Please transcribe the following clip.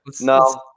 no